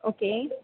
okay